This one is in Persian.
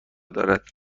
دارد